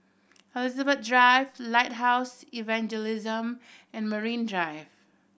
Elizabeth Drive Lighthouse Evangelism and Marine Drive